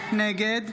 נגד